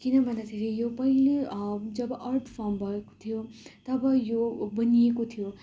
किन भन्दाखेरि यो पहिल्यै जब अर्थ फर्म भएको थियो तब यो बनिएको थियो